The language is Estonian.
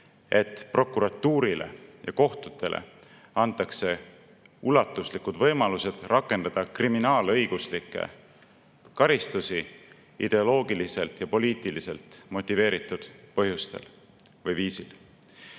et prokuratuurile ja kohtutele antakse ulatuslikud võimalused rakendada kriminaalõiguslikke karistusi ideoloogiliselt ja poliitiliselt motiveeritud põhjustel või viisil.